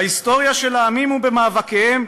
"בהיסטוריה של העמים ובמאבקיהם,